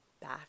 back